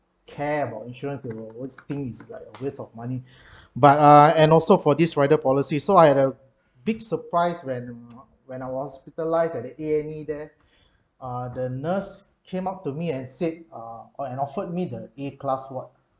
care about insurance they will always think it's like a waste of money but uh and also for this rider policies so I had a big surprise when when I was hospitalised at the A_&_E there uh the nurse came up to me and said uh and offered me the A class ward